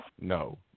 no